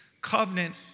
covenant